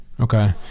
Okay